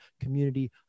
community